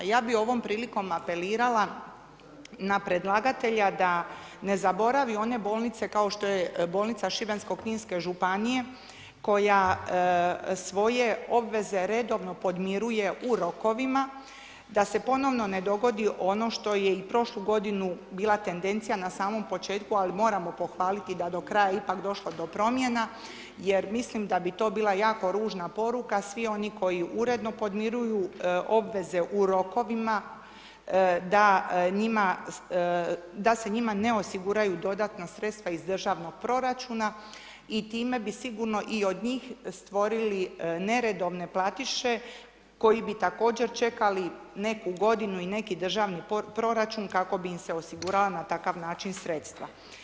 Ja bi ovom prilikom apelirala na predlagatelja da ne zaboravi one bolnice kao što je bolnica Šibensko-kninske županije koja svoje obveze redovno podmiruje u rokovima, da se ponovno ne dogodi ono što je i prošlu godinu bila tendencija na samom početku ali moramo pohvaliti da do kraja je ipak došlo do promjena jer mislim da bi to bila jako ružna poruka, svi oni koji uredno podmiruju obveze u rokovima, da se njima ne osiguraju dodatna sredstva iz državnog proračuna i time bi sigurno i od njih stvorili neredovne platiše koji bi također čekali neku godinu i neki državni proračun kako bi im se osigurala na takav način sredstva.